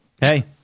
Hey